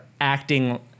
acting